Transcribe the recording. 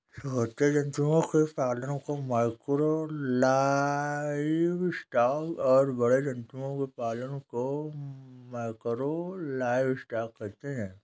छोटे जंतुओं के पालन को माइक्रो लाइवस्टॉक और बड़े जंतुओं के पालन को मैकरो लाइवस्टॉक कहते है